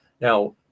Now